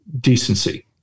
Decency